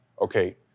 okay